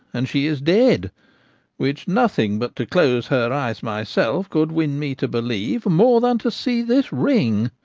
and she is dead which nothing, but to close her eyes myself, could win me to believe more than to see this ring.